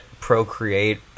procreate